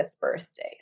birthday